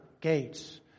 gates